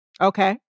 Okay